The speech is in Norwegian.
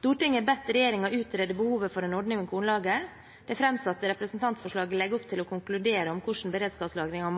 Stortinget har bedt regjeringen utrede behovet for en ordning med kornlager. Det framsatte representantforslaget legger opp til å konkludere om hvordan beredskapslagring